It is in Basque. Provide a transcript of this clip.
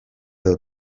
edo